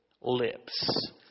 lips